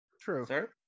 true